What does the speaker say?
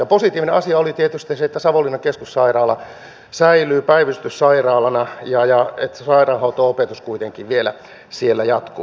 positiivinen asia oli tietysti se että savonlinnan keskussairaala säilyy päivystyssairaalana ja että sairaanhoito opetus kuitenkin vielä siellä jatkuu